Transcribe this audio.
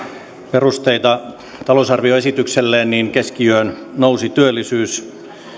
perusteita talousarvioesitykselleen niin keskiöön nousi työllisyys ja